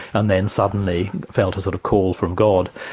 and then suddenly felt a sort of call from god.